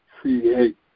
create